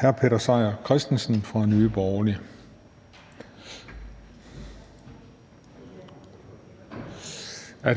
hr. Peter Seier Christensen fra Nye Borgerlige.